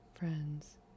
Friends